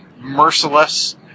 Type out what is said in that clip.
merciless